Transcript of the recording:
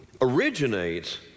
originates